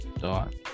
dot